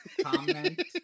comment